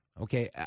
Okay